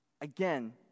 Again